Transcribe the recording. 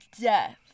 death